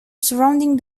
surrounding